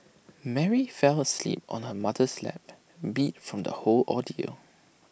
Mary fell asleep on her mother's lap beat from the whole ordeal